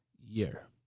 year